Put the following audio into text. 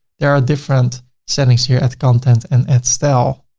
there are different settings here at the content and at style.